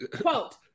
Quote